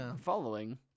following